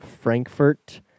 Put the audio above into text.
Frankfurt